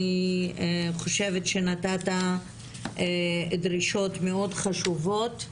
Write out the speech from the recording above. אני חושבת שנתת דרישות מאוד חשובות,